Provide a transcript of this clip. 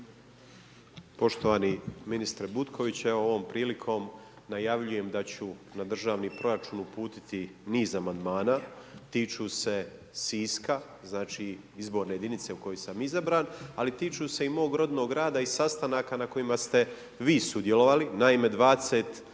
Poštovani ministre Butković, evo ovom prilikom najavljujem da ću na državni proračun uputiti niz amandmana tiču se Siska znači izborne jedinice u kojoj sam izabran, ali tiču se i mog rodnog grada i sastanaka na kojima ste vi sudjelovali, naime 27.